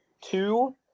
Two